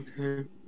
Okay